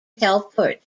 telford